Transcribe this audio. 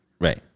Right